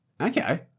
Okay